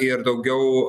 ir daugiau